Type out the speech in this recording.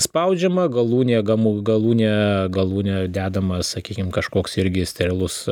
spaudžiama galūnė gamū galūnė galūnė dedamas sakykim kažkoks irgi sterilus